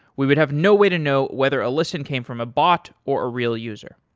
we would have no way to know whether a listen came from a bot or a real user.